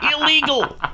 illegal